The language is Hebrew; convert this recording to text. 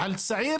על צעיר